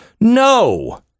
No